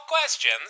questions